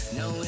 no